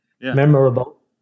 memorable